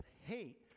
hate